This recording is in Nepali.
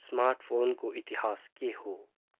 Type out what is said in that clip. स्मार्ट फोनको इतिहास के हो